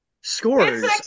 scores